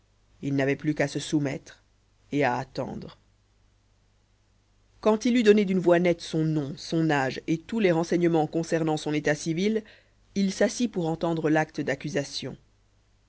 il n'avait plus qu'à se soumettre et à attendre quand il eut donné d'une voix nette son nom son âge et tous les renseignements concernant son état civil il s'assit pour entendre l'acte d'accusation